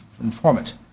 informant